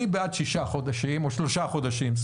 אני בעד שישה חודשים או שלושה חודשים.